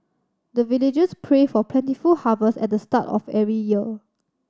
the villagers pray for plentiful harvest at the start of every year